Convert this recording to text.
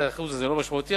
שה-0.5% הזה לא משמעותי,